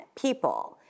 people